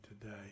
today